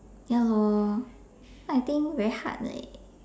ya lor so I think very hard leh